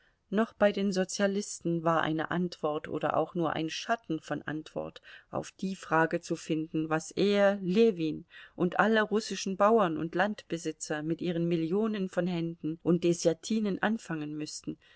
noch bei den sozialisten war eine antwort oder auch nur ein schatten von antwort auf die frage zu finden was er ljewin und alle russischen bauern und landbesitzer mit ihren millionen von händen und deßjatinen anfangen müßten